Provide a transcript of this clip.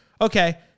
okay